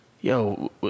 yo